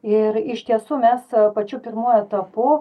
ir iš tiesų mes pačiu pirmuoju etapu